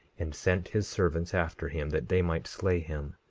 and sent his servants after him that they might slay him.